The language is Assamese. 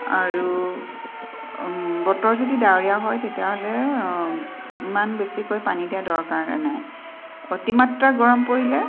আৰু বতৰ যদি ডাৱৰীয়া হয় তেতিয়াহ'লে ইমান বেছিকৈ পানী দিয়াৰ দৰকাৰ নাই অতিমাত্ৰা গৰম পৰিলে